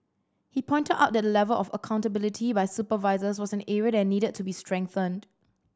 he pointed out that the level of accountability by supervisors was an area that needed to be strengthened